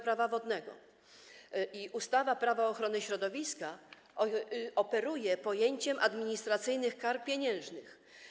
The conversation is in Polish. Prawa wodnego i ustawa Prawo ochrony środowiska operuje pojęciem administracyjnych kar pieniężnych.